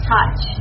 touch